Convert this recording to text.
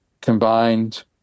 combined